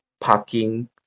parking